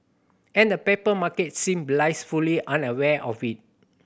and the paper market seem blissfully unaware of it